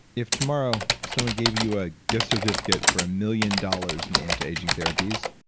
if tomorrow someone gave you a gift certificate for a million dollars in antiaging therapies,